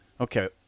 Okay